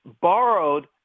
borrowed